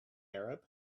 arab